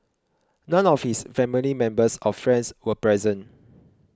none of his family members or friends were present